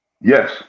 yes